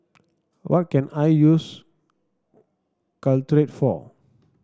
what can I use Caltrate for